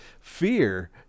Fear